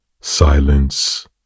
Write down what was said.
Silence